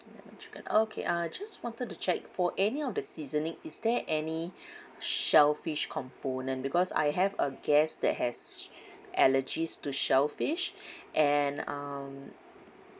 lemon chicken okay uh just wanted to check for any of the seasoning is there any shellfish component because I have a guest that has allergies to shellfish and um